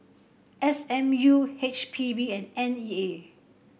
S M U H P B and N E A